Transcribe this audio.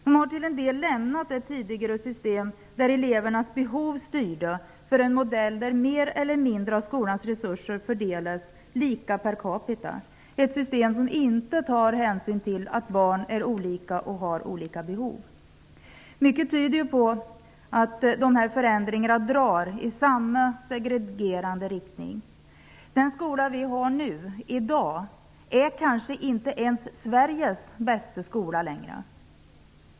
Man har till en del lämnat det tidigare systemet, som innebar att elevernas behov styrde, för att övergå till en modell som innebär att en större eller en mindre del av skolans resurser fördelas lika per capita -- ett system som inte tar hänsyn till att barn är olika och har olika behov. Mycket tyder på att de här förändringarna drar i samma segregerande riktning. Den skola som vi har i dag är kanske inte ens Sveriges bästa skola längre.